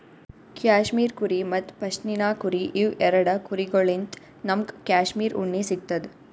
cashmere ಕುರಿ ಮತ್ತ್ ಪಶ್ಮಿನಾ ಕುರಿ ಇವ್ ಎರಡ ಕುರಿಗೊಳ್ಳಿನ್ತ್ ನಮ್ಗ್ ಕ್ಯಾಶ್ಮೀರ್ ಉಣ್ಣಿ ಸಿಗ್ತದ್